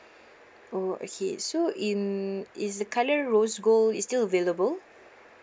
oh okay so in is the colour rose gold is still available